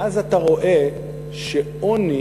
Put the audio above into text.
ואז אתה רואה שעוני